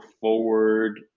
forward